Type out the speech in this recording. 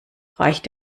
reicht